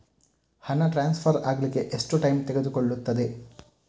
ಹಣ ಟ್ರಾನ್ಸ್ಫರ್ ಅಗ್ಲಿಕ್ಕೆ ಎಷ್ಟು ಟೈಮ್ ತೆಗೆದುಕೊಳ್ಳುತ್ತದೆ?